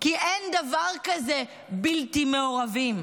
כי אין דבר כזה בלתי מעורבים.